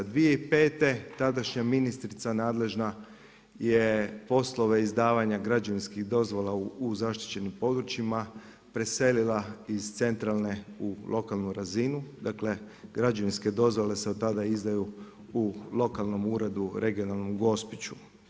2005. tadašnja ministrica nadležna je poslove izdavanja građevinskih dozvola u zaštićenim područjima preselila iz centralne u lokalnu razinu, dakle građevinske dozvole se od tada izdaju u lokalnom uredu, regionalnom u Gospiću.